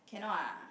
cannot ah